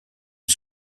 une